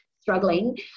struggling